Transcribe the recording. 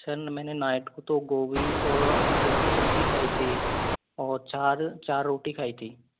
sir मैंने night को तो गोभी और आलू की सब्जी खाई थी और चार चार रोटी खाई थी